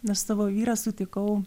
nes savo vyrą sutikau